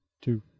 Two